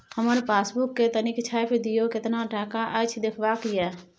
हमर पासबुक के तनिक छाय्प दियो, केतना टका अछि देखबाक ये?